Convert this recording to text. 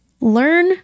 learn